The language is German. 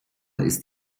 ist